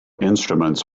instruments